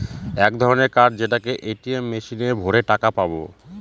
এক ধরনের কার্ড যেটাকে এ.টি.এম মেশিনে ভোরে টাকা পাবো